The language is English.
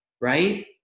right